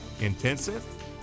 intensive